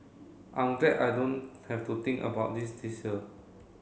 I'm glad I don't have to think about it this year